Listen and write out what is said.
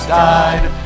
died